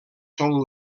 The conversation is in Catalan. són